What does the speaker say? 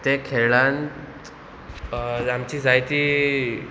ते खेळांत आमची जायती